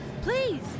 Please